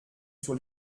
sur